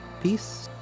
peace